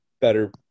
better